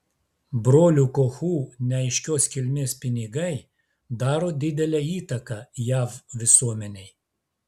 brolių kochų neaiškios kilmės pinigai daro didelę įtaką jav visuomenei